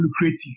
lucrative